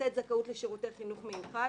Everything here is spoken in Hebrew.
לתת זכאות לשירותי חינוך מיוחד